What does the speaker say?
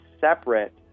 separate